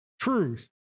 truth